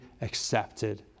accepted